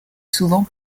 souvent